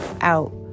out